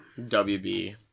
WB